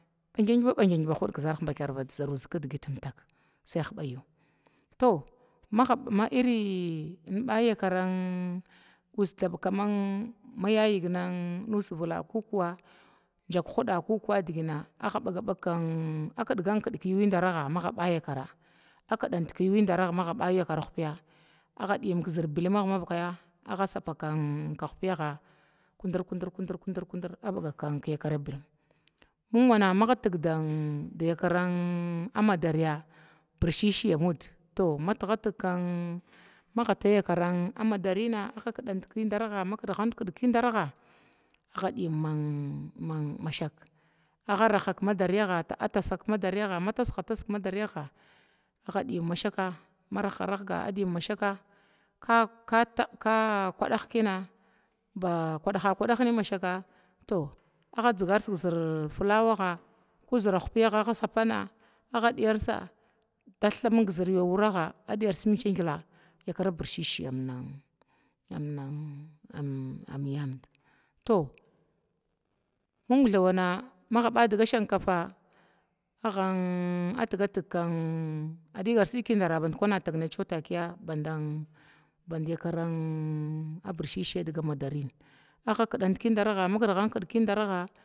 Ɓangn wa bang zərh kugit tak sai huba yu to ma irin ənɓa yakaran uus dakwani yayiga uus vila kokuwa huda aɓaga a kidgant kid yuwiindarah maga ki ba yakara a kidan kiyuwu daraga maga ba yakarah piya a diyin ki bilmag mavaka asapa kahpiyaga mingvakaya kundr kundr kundr agga baga kiyaka bilm mingwana maga atigdan yakara madari bircici amuda, to matigatig agga tayakara madarina agga kida kidgant kid kindaraha agga rahant madariyaga agga tasant madariga ma tasgatasg madariyaga adiyim mashaka ka kudah kina ba kuda kudah nin ma shaka, to agga dzigars zər flawaga ku zəra hiyaga agga sapana agga diyarsa maming zəra awraga agadiyars yakara birshishi yam nan, to mingthawa maga badiga shinkafa aggan tiggatin kwan adigardig badikana tagni takiya ban yakara biraciyin kindan kiidaraga.